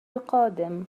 القادم